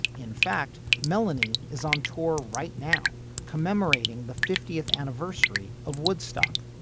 in fact melanie is on tour right now commemorating the fiftieth anniversary of woodstock.